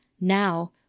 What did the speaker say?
Now